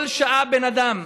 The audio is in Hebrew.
כל שעה בן אדם.